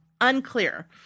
unclear